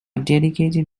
dedicated